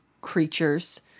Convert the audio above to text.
creatures